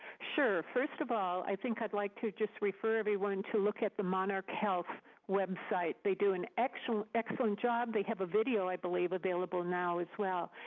sure. first of all, i think i'd like to just refer everyone to look at the monarch health website. they do an excellent excellent job. they have a video, i believe, available now as well.